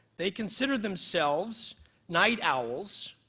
they consider themselves night owls,